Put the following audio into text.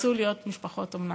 וירצו להיות משפחות אומנה.